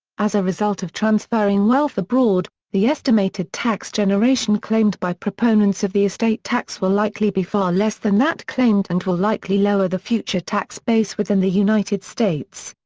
as a result of transferring wealth abroad, the estimated tax generation claimed by proponents of the estate tax will likely be far less than that claimed and will likely lower the future tax base within the united states.